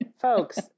Folks